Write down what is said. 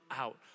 out